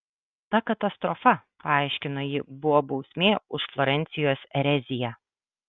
ta katastrofa paaiškino ji buvo bausmė už florencijos ereziją